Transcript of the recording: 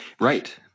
Right